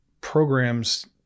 programs